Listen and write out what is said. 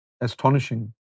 astonishing